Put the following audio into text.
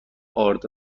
آرد